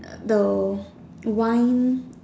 um the wine